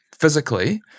physically